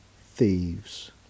thieves